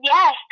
Yes